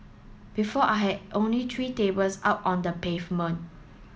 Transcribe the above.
before I had only three tables out on the pavement